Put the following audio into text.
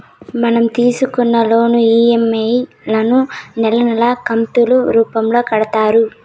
మనం తీసుకున్న loan EMI లను నెలా నెలా కంతులు రూపంలో కడతారు